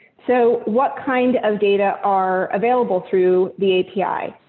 so what kind of data are available through the api.